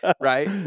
Right